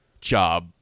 job